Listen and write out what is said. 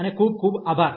અને ખૂબ ખૂબ આભાર